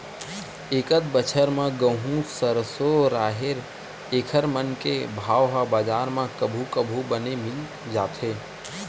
एकत बछर म गहूँ, सरसो, राहेर एखर मन के भाव ह बजार म कभू कभू बने मिल जाथे